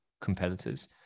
competitors